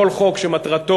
כל חוק שמטרתו,